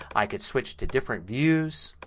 i can switch to different views.